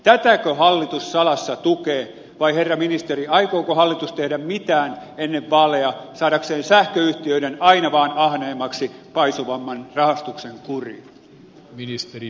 tätäkö hallitus salassa tukee vai herra ministeri aikooko hallitus tehdä mitään ennen vaaleja saadakseen sähköyhtiöiden aina vaan ahneemmaksi paisuvan rahastuksen kuriin